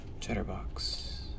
Cheddarbox